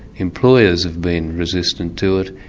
employers have been resistant to it,